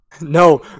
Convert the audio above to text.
no